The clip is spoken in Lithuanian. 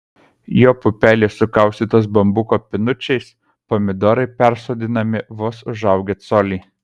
jo pupelės sukaustytos bambuko pinučiais pomidorai persodinami vos užaugę colį